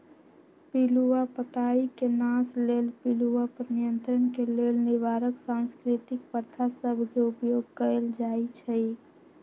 पिलूआ पताई के नाश लेल पिलुआ पर नियंत्रण के लेल निवारक सांस्कृतिक प्रथा सभ के उपयोग कएल जाइ छइ